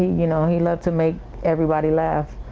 you know he loved to make everybody left.